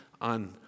on